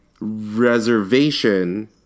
reservation